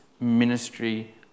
ministry